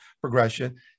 progression